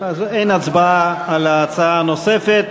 אז אין הצבעה על ההצעה הנוספת,